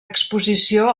exposició